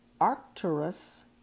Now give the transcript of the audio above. Arcturus